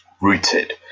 rooted